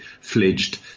fledged